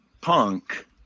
punk